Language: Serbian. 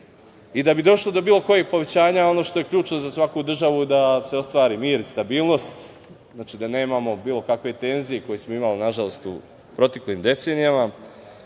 bi došli do bilo kojih povećanja, ono što je ključno za svaku državu, da se ostvari mir i stabilnost, da nemamo bilo kakve tenzije koje smo imali, nažalost, u proteklim decenijama.